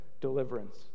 deliverance